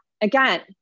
Again